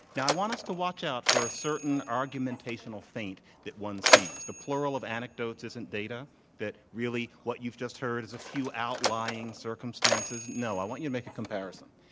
now, i want us to watch out for a certain argumentational feint that one sees, the plural of anecdotes isn't data that, that really what you've just heard is a few outlying circumstances. no. i want you to make a comparison.